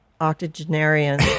octogenarian